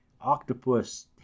octopus